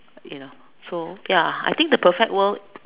you know so ya I think the perfect world